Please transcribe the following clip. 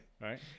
Right